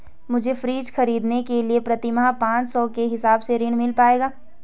मुझे फ्रीज खरीदने के लिए प्रति माह पाँच सौ के हिसाब से ऋण मिल पाएगा?